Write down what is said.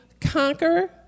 conquer